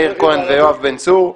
מאיר כהן ויואב בן צור.